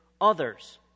others